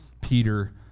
Peter